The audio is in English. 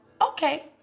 okay